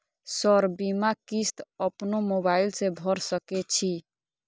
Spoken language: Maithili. सर बीमा किस्त अपनो मोबाईल से भर सके छी?